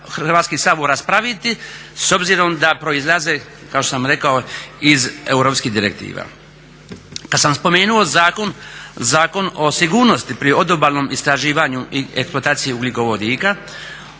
Hrvatski sabor raspraviti s obzirom da proizlaze kao što sam rekao iz europskih direktiva. Kada sam spomenuo Zakon o sigurnosti pri odobalnom istraživanju i eksploataciji ugljikovodika,